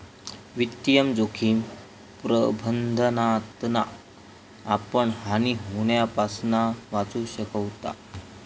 वित्तीय जोखिम प्रबंधनातना आपण हानी होण्यापासना वाचू शकताव